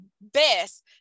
best